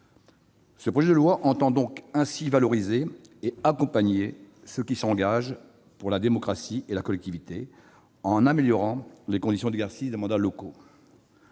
Ce projet de loi entend ainsi valoriser et accompagner ceux qui s'engagent pour la démocratie et la collectivité, en améliorant les conditions d'exercice des mandats locaux.